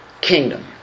kingdom